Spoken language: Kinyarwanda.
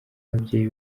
ababyeyi